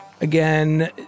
Again